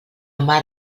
mar